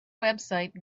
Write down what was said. website